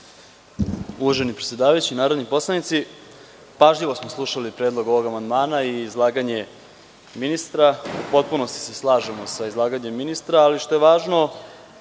Uvaženi predsedavajući, narodni poslanici, pažljivo smo slušali predlog ovog amandmana i izlaganje ministra. U potpunosti se slažem sa izlaganjem ministra. Što je važno